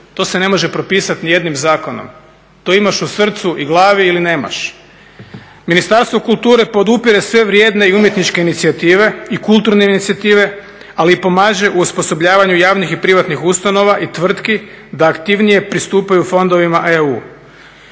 To se ne može propisati ni jednim zakonom. To imaš u srcu i glavi ili nemaš. Ministarstvo kulture podupire sve vrijedne i umjetničke inicijative i kulturne inicijative, ali i pomaže u osposobljavanju javnih i privatnih ustanova i tvrtki da aktivnije pristupaju fondovima EU.